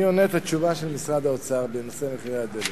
אני עונה את התשובה של משרד האוצר בנושא מחירי הדלק.